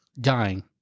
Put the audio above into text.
dying